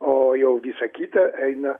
o jau visa kita eina